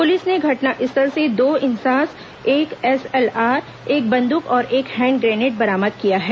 police ने घटनास्थल से दो इंसास एक एसएलआर एक बंदूक और एक हैंड ग्रेनेड बरामद किया है